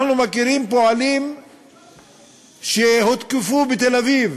אנחנו מכירים פועלים שהותקפו בתל-אביב